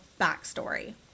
backstory